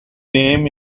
name